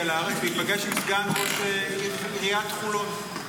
לארץ וייפגש עם סגן ראש עיריית חולון.